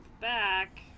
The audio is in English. back